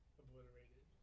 obliterated